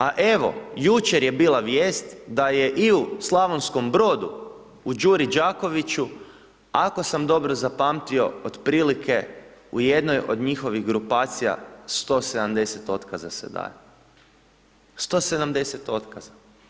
A evo, jučer je bila vijest, da je i u Slavonskom Brodu, u Đuri Đakoviću, ako sam dobro zapamtio, u jednoj od njihovih grupacija 170 otkaza se daje, 170 otkaza.